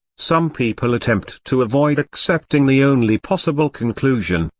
some people attempt to avoid accepting the only possible conclusion,